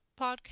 podcast